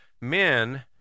men